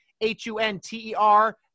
H-U-N-T-E-R